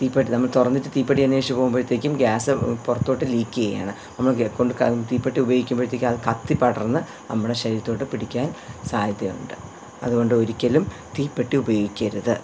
തീപ്പെട്ടി നമ്മൾ തുറന്നിട്ട് തീപ്പെട്ടി അന്വേഷിച്ച് പോവുമ്പോഴത്തേക്കും ഗ്യാസ് പുറത്തോട്ട് ലീക്ക് ചെയ്യുവാണ് നമ്മൾ കൊണ്ട് ക തീപ്പെട്ടി ഉപയോഗിക്കുമ്പോഴത്തേക്കും അത് കത്തി പടർന്ന് നമ്മുടെ ശരീരത്തിലോട്ട് പിടിക്കാൻ സാധ്യതയുണ്ട് അതുകൊണ്ട് ഒരിക്കലും തീപ്പെട്ടി ഉപയോഗിക്കരുത്